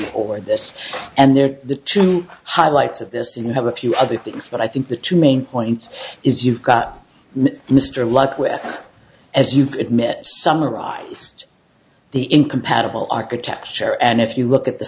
of this and there are the truly highlights of this and have a few other things but i think the two main point is you've got mr luck with as you've admitted summarized the incompatible architecture and if you look at the